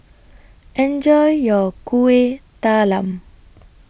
Enjoy your Kuih Talam